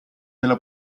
della